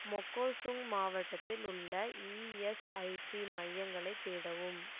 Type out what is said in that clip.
மொகோசுங் மாவட்டத்தில் உள்ள இஎஸ்ஐசி மையங்களைத் தேடவும்